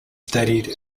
studied